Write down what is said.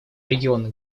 регион